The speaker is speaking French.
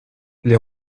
les